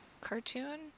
cartoon